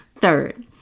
Third